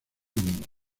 junio